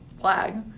flag